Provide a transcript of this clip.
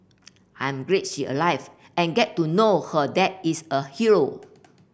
I'm grid she alive and get to know her dad is a hero